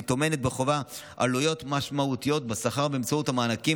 והיא טומנת בחובה עליות משמעותיות בשכר באמצעות המענקים